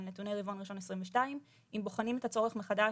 נתוני רבעון ראשון של שנת 2022. אם בוחנים את הצורך מחדש,